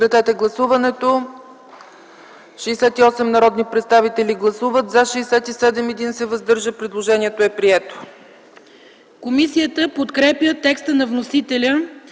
Комисията подкрепя текста на вносителя